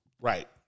Right